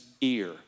ear